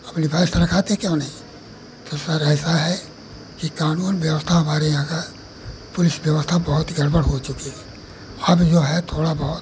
अपनी भैंस रखाते क्यों नहीं तो सर ऐसा है कि क़ानूनी व्यवस्था हमारे यहाँ की पुलिस व्यवस्था बहोत गड़बड़ हो चुकी है अब जो है थोड़ा बहुत